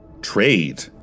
Trade